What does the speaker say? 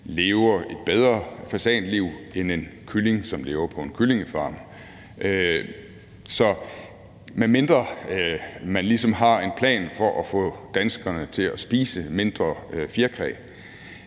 altså et bedre fasanliv, end en kylling, som lever på en kyllingefarm. Så med mindre man ligesom har en plan for at få danskerne til at spise mindre fjerkræ,